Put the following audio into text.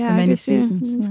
yeah many seasons.